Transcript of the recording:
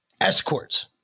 escorts